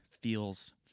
feels